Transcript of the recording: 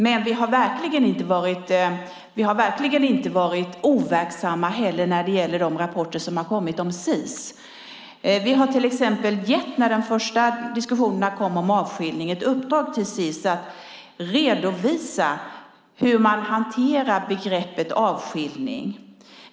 Men vi har verkligen inte varit overksamma heller när det gäller de rapporter som har kommit om Sis. När de första diskussionerna om avskiljning kom gav vi till exempel i uppdrag åt Sis att redovisa hur man hanterar begreppet "avskiljning".